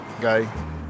guy